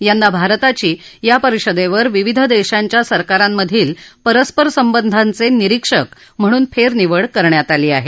यंदा भारताची या परिषदेवर विविध देशांच्या सरकारांमधील परस्पर संबंधांचे निरीक्षक म्हणून फेरनिवड करण्यात आली आहे